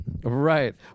Right